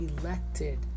elected